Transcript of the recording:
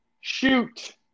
shoot